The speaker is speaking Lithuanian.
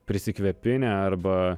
prisikvėpinę arba